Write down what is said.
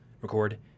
Record